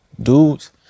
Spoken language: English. dudes